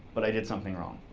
but i did something wrong.